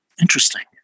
interesting